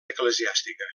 eclesiàstica